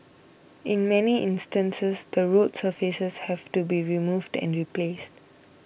in many instances the road surfaces have to be removed and replaced